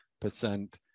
percent